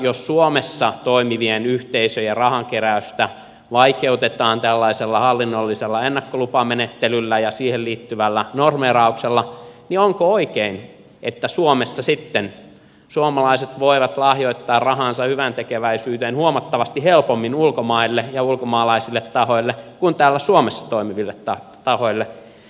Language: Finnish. jos suomessa toimivien yhteisöjen rahankeräystä vaikeutetaan tällaisella hallinnollisella ennakkolupamenettelyllä ja siihen liittyvällä normeerauksella niin onko oikein että suomessa sitten suomalaiset voivat lahjoittaa rahaansa hyväntekeväisyyteen huomattavasti helpommin ulkomaille ja ulkomaalaisille tahoille kuin täällä suomessa toimiville tahoille